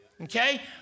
okay